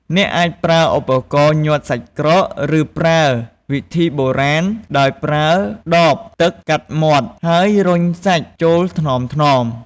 អ្នកអាចប្រើឧបករណ៍ញាត់សាច់ក្រក ឬប្រើវិធីបុរាណដោយប្រើដបទឹកកាត់មាត់ ហើយរុញសាច់ចូលថ្នមៗ។